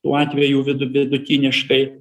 tų atvejų vidu vidutiniškai